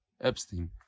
Epstein